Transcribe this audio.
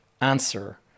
answer